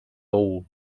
all